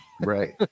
Right